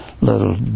little